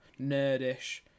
nerdish